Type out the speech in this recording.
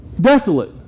desolate